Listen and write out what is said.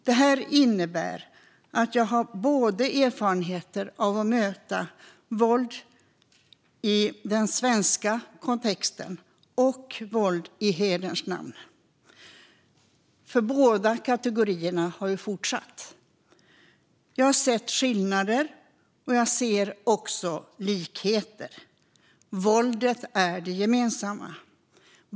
Det här innebär att jag har erfarenheter av att möta både våld i den svenska kontexten och våld i hederns namn. Båda kategorierna har ju fortsatt. Jag har sett skillnader, och jag ser också likheter. Våldet är det gemensamma.